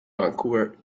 vancouver